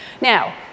Now